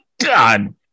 God